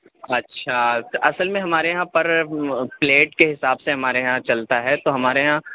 اچھا اصل میں ہمارے یہاں پر پلیٹ کے حساب سے ہمارے یہاں چلتا ہے تو ہمارے یہاں